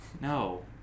No